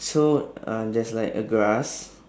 so uh there's like a grass